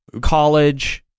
college